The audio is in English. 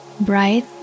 bright